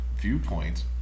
viewpoints